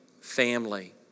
family